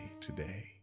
today